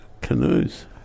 Canoes